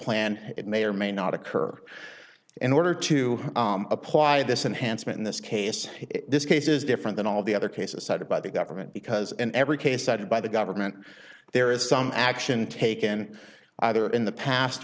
plan it may or may not occur in order to apply this enhanced in this case this case is different than all the other cases cited by the government because in every case cited by the government there is some action taken either in the past